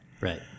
Right